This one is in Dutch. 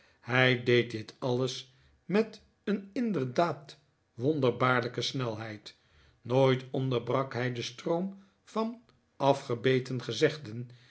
hij deed dit alles met een inderdaad wonderbaarlijke snelheid nooit onderbrak hij den stroom van afgebeten gezegden